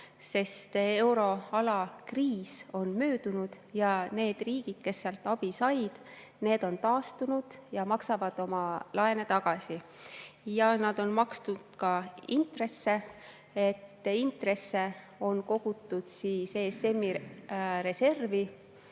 sest euroala kriis on möödunud ja need riigid, kes sealt abi said, on taastunud ja maksavad oma laene tagasi. Nad on maksnud ka intresse. Intresse on kogutud ESM-i reservi